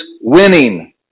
winning